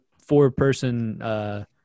four-person